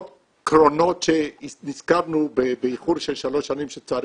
קרונות שנזכרנו באיחור של שלוש שנים שצריך,